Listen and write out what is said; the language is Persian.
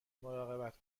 مراقبت